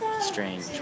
strange